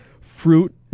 fruit